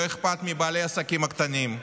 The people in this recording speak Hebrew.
לא אכפת מבעלי העסקים הקטנים.